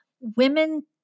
women